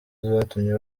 zatumye